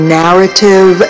narrative